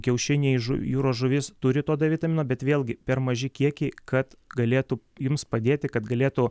kiaušiniai žu jūros žuvis turi to d vitamino bet vėlgi per maži kiekiai kad galėtų jums padėti kad galėtų